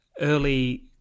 Early